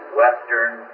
western